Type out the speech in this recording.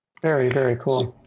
very very cool.